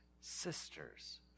sisters